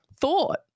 thought